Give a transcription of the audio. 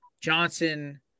Johnson